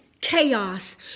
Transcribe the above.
chaos